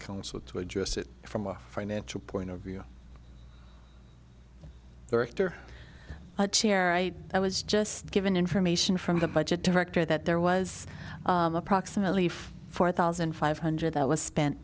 counsel to address it from a financial point of view the rector chair i i was just given information from the budget director that there was approximately four thousand five hundred that was spent